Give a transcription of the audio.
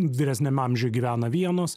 vyresniam amžiuje gyvena vienos